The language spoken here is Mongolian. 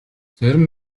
зарим